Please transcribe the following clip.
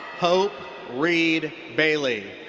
hope reid bailey.